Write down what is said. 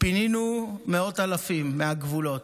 פינינו מאות אלפים מהגבולות.